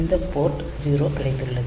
இந்த போர்ட் 0 கிடைத்துள்ளது